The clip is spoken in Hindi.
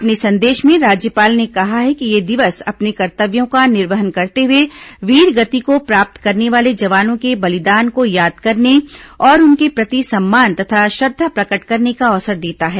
अपने संदेश में राज्यपाल ने कहा है कि यह दिवस अपने कर्त्तव्यों का निर्वहन करते हुए वीरगति को प्राप्त करने वाले जवानों के बलिदान को याद करने और उनके प्रति सम्मान तथा श्रद्धा प्रकट करने का अवसर देता है